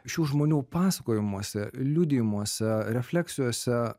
šių žmonių pasakojimuose liudijimuose refleksijose